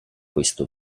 questo